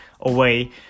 Away